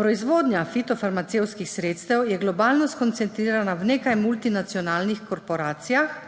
Proizvodnja fitofarmacevtskih sredstev je globalno skoncentrirana v nekaj multinacionalnih korporacijah,